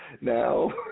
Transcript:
now